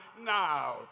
Now